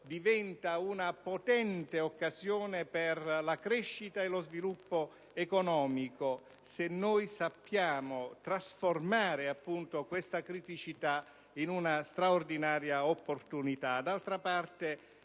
quindi, una potente occasione per la crescita e lo sviluppo economico, se noi sappiamo trasformare, appunto, questa criticità in una straordinaria opportunità.